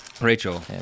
Rachel